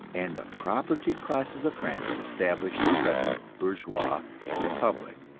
and the propertied classes of france established the present bourgeois republic,